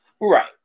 Right